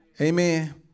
Amen